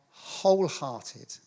wholehearted